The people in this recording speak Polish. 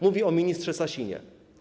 Mówię o ministrze Sasinie.